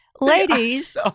Ladies